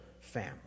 family